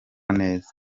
neza